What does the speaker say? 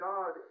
God